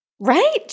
Right